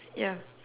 ya